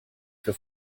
für